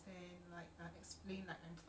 oh ya ya ya ya